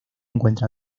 encuentra